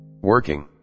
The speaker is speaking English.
working